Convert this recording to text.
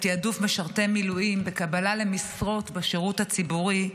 תיעדוף משרתי מילואים בקבלה למשרות בשירות הציבורי,